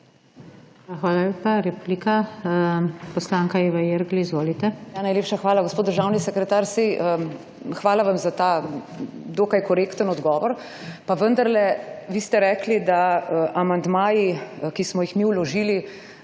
hvala vam za ta dokaj korekten odgovor. Pa vendarle, vi ste rekli, da amandmaji, ki smo jih mi vložili,